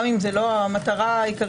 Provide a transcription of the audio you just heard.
גם אם זאת לא המטרה העיקרית.